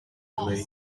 away